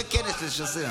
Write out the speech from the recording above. זה כנס משסע.